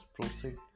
proceed